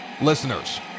listeners